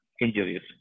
injuries